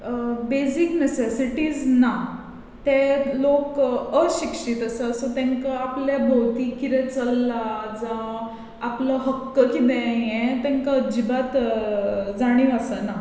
basic necessity ना ते लोक अशिक्षीत आसात सो तांकां आपल्या भोंवतणी कितें चल्लां जावं आपलो हक्क कितें हें तांकां अजिबात जाणीव आसना